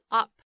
up，